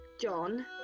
John